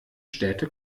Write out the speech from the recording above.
städte